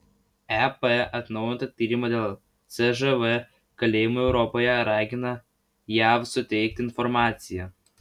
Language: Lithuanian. ep atnaujina tyrimą dėl cžv kalėjimų europoje ragina jav suteikti informaciją